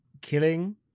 Killing